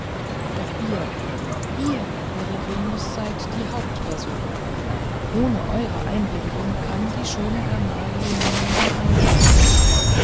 doch ihr ihr herr peregrinus seid die hauptperson ohne eure einwilligung kann die schöne gamaheh niemanden angehören